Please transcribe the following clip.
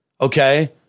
Okay